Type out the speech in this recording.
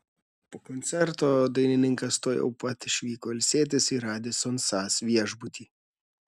po koncerto dainininkas tuojau pat išvyko ilsėtis į radisson sas viešbutį